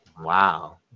Wow